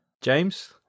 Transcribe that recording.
james